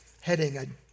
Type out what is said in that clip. heading